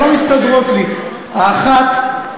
שלא מסתדרות לי: האחת,